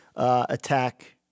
Attack